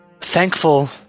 Thankful